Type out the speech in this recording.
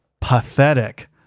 pathetic